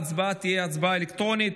ההצבעה תהיה הצבעה אלקטרונית.